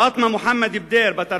פאטמה מוחמד בדיר, בת 40,